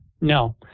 No